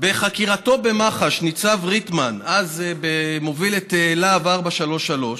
בחקירתו במח"ש ניצב ריטמן, אז מוביל את לה"ב 433,